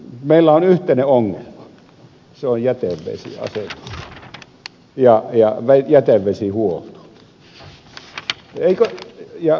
meillä on yhteinen ongelma ja se on jätevesiasetus ja jätevesihuolto